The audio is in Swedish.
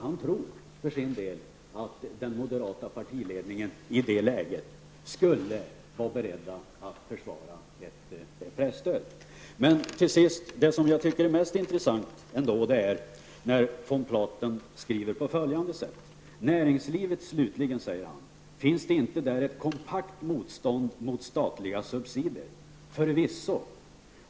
Han tror för sin del att den moderata partiledningen i det läget skulle var beredd att försvara ett presstöd. Det som jag tycker är mest intressant är när von Platen skriver: ''Näringslivet slutligen -- finns inte där ett kompakt motstånd mot statliga subsidier? Förvisso.